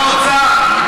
שר האוצר,